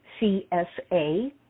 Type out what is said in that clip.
CSA